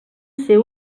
ser